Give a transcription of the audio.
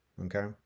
Okay